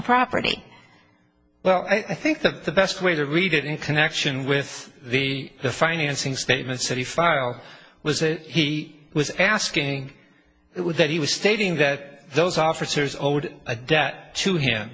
property well i think that the best way to read it in connection with the the financing statement city fargo was a he was asking it was that he was stating that those officers owed a debt to h